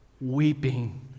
weeping